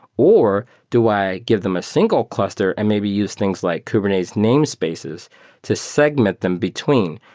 or do i give them a single cluster and maybe use things like kubernetes name spaces to segment them between?